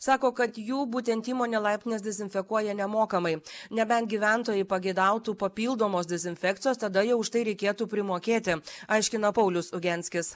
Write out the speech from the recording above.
sako kad jų būtent įmonė laiptines dezinfekuoja nemokamai nebent gyventojai pageidautų papildomos dezinfekcijos tada jau už tai reikėtų primokėti aiškina paulius ugianskis